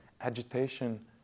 agitation